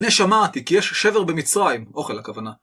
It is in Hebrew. הנה, שמעתי, כי יש שבר במצרים. אוכל הכוונה.